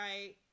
right